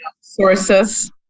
sources